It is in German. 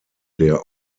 der